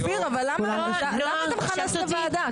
אופיר, למה אתה מכנס את הוועדה?